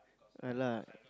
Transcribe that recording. ya lah